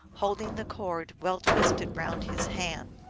holding the cord well twisted round his hand.